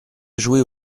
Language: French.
jouer